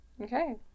Okay